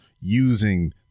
using